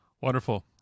Wonderful